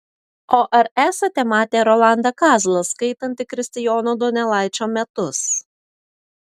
o ar esate matę rolandą kazlą skaitantį kristijono donelaičio metus